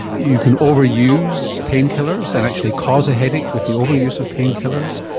you can overuse painkillers and actually cause a headache with the overuse of painkillers.